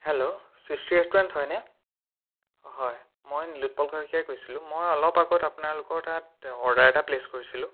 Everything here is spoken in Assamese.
হেল্ল' সৃষ্টি ৰেষ্টুৰেণ্ট হয়নে হয় মই নিলোৎপল শইকীয়াই কৈছিলোঁ মই অলপ আগত আপোনালোকৰ তাত অৰ্ডাৰ এটা প্লেচ কৰিছিলোঁ